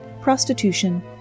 prostitution